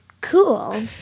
cool